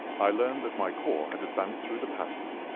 i learned that my corps had advanced through the passes,